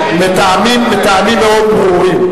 מטעמים מאוד ברורים.